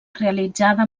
realitzada